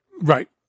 Right